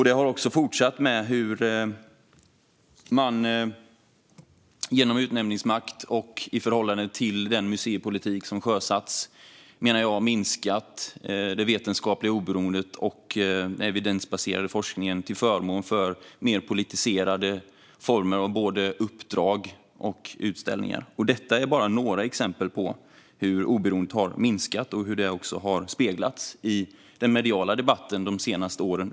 Det har också fortsatt med att man, genom utnämningsmakt och i förhållande till den museipolitik som har sjösatts, har minskat - menar jag - det vetenskapliga oberoendet och den evidensbaserade forskningen till förmån för mer politiserade former av både uppdrag och utställningar. Detta är bara några exempel på hur oberoendet har minskat och hur detta har speglats i den mediala debatten de senaste åren.